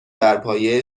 برپایه